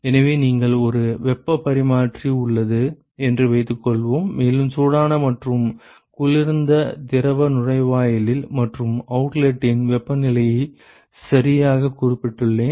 எனவே என்னிடம் ஒரு வெப்பப் பரிமாற்றி உள்ளது என்று வைத்துக்கொள்வோம் மேலும் சூடான மற்றும் குளிர்ந்த திரவ நுழைவாயில் மற்றும் அவுட்லெட்டின் வெப்பநிலையை சரியாகக் குறிப்பிட்டுள்ளேன்